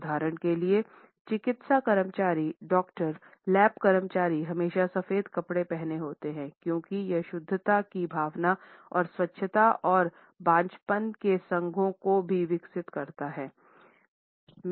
उदाहरण के लिए चिकित्सा कर्मचारी डॉक्टर लैब कर्मचारी हमेशा सफेद कपड़े पहने होते हैं क्योंकि यह शुद्धता की भावना और स्वच्छता और बाँझपन के संघों को भी विकसित करता है